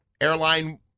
airline